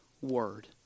Word